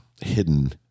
hidden